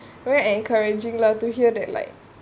very encouraging lah to hear that like